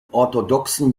orthodoxen